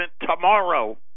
tomorrow